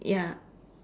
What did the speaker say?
ya